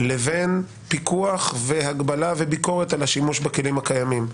לבין פיקוח והגבלה וביקורת על השימוש בכלים הקיימים.